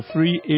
Free